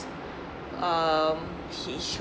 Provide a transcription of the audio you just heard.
um